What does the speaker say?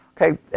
okay